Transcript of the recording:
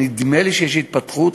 נדמה לי שיש התפתחות,